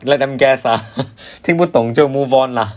let them guess lah 听不懂就 move on lah